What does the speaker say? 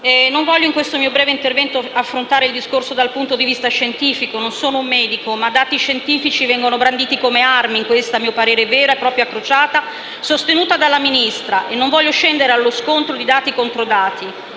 Non voglio, in questo mio breve intervento, affrontare il discorso dal punto di vista scientifico - non sono un medico - ma dati scientifici vengono branditi come armi in questa, a mio parere, vera e propria crociata sostenuta dalla Ministra e non voglio scendere allo scontro di dati contro dati.